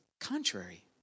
contrary